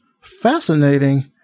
Fascinating